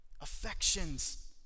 affections